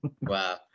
Wow